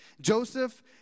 Joseph